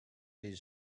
his